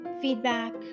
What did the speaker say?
feedback